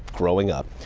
growing up.